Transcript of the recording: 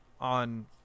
on